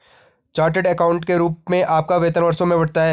chartered accountant के रूप में आपका वेतन वर्षों में बढ़ता है